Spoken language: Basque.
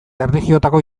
erlijiotako